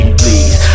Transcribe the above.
please